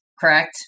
correct